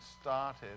started